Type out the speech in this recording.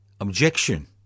objection